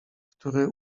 który